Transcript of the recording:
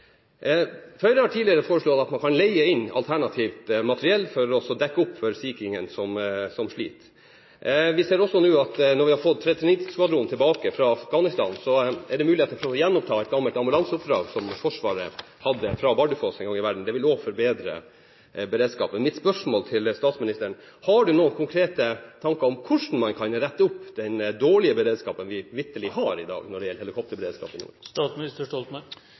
Høyre har tidligere foreslått at man kan leie inn alternativt materiell for å dekke opp for Sea King-en, som sliter. Vi ser også, når vi nå har fått 339-skvadronen tilbake fra Afghanistan, at det er muligheter for å gjenoppta den ambulanseberedskapen som Forsvaret en gang i tiden hadde på Bardufoss. Det vil også forbedre beredskapen. Mitt spørsmål til statsministeren er: Har han noen konkrete tanker om hvordan man kan rette opp den dårlige helikopterberedskapen i nord vi vitterlig har i dag? Det